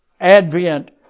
advent